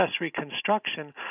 reconstruction